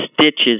stitches